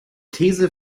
these